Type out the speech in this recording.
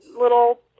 little